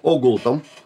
o gultam